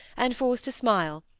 and forced a smile,